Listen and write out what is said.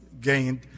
gained